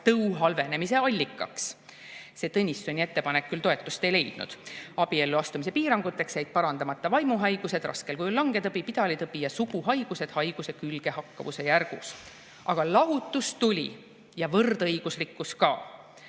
tõu halvenemise allikaks." See Tõnissoni ettepanek toetust ei leidnud. Abiellu astumise piiranguteks jäid parandamata vaimuhaigused, raskel kujul langetõbi, pidalitõbi ja suguhaigused haiguse külgehakkavuse järgus. Aga lahutus tuli ja võrdõiguslikkus ka.